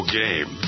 game